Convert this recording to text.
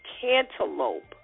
cantaloupe